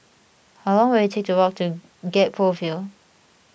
how long will it take to walk to Gek Poh Ville